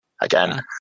Again